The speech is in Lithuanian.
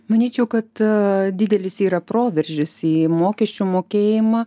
manyčiau kad didelis yra proveržis į mokesčių mokėjimą